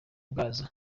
bwazo